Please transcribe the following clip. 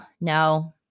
No